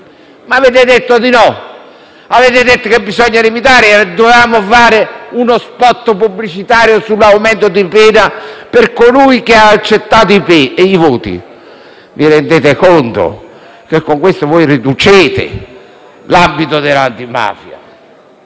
ma avete detto di no. Avete detto che bisogna limitarsi a fare uno *spot* pubblicitario sull'aumento di pena per colui che ha accettato i voti. Colleghi, vi rendete conto che con questo si riduce l'abito dell'antimafia.